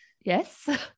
Yes